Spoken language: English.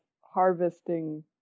harvesting